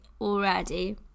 already